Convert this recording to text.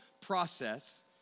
process